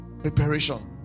preparation